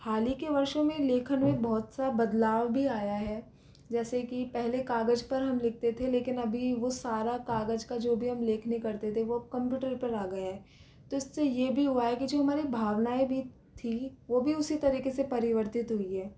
हाल ही के वर्षों मे लेखन में बहुत सा बदलाव भी आया है जैसे की पहले कागज़ पर हम लिखते थे लेकिन अभी वो सारा कागज का जो भी है हम लेखनी करते थे वो अब कंप्युटर पर आ गया है तो इससे यह भी हुआ है की जो हमारी भावनाएँ भी थी वो भी उसी तरीके से परिवर्तित हुई है